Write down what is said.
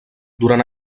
durant